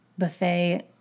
Buffet